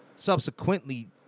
Subsequently